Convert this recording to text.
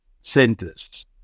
centers